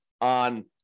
on